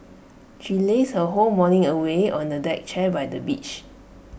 she lazed her whole morning away on A deck chair by the beach